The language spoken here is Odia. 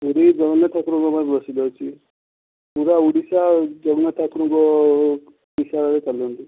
ପୁରୀ ଜଗନ୍ନାଥ ଠାକୁରଙ୍କ ପାଇଁ ପ୍ରସିଦ୍ଧ ଅଛି ପୂରା ଓଡ଼ିଶା ଜଗନ୍ନାଥ ଠାକୁରଙ୍କ ଇଶାରାରେ ଚାଲନ୍ତି